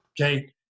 Okay